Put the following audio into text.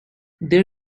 there